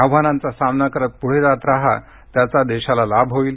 आव्हानांचा सामना करत पुढे जात राहा त्याचा लाभ देशाला होईल